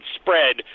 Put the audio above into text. Spread